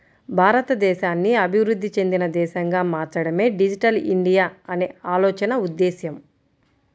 భారతదేశాన్ని అభివృద్ధి చెందిన దేశంగా మార్చడమే డిజిటల్ ఇండియా అనే ఆలోచన ఉద్దేశ్యం